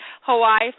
Hawaii